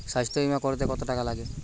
স্বাস্থ্যবীমা করতে কত টাকা লাগে?